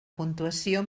puntuació